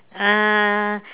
uh